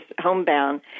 homebound